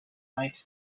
night